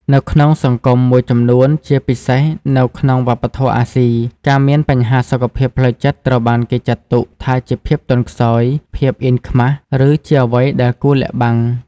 នៅក្នុងសង្គមមួយចំនួន ជាពិសេសនៅក្នុងវប្បធម៌អាស៊ី ការមានបញ្ហាសុខភាពផ្លូវចិត្តត្រូវបានគេចាត់ទុកថាជា ភាពទន់ខ្សោយ ភាពអៀនខ្មាស ឬជាអ្វីដែលគួរលាក់បាំង។